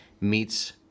meets